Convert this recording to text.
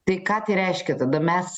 tai ką tai reiškia tada mes